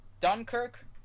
Dunkirk